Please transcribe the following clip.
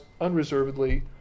unreservedly